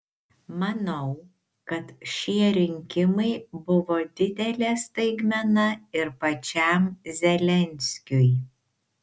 manau kad šie rinkimai buvo didelė staigmena ir pačiam zelenskiui